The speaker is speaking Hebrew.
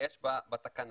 שיש בתקנה.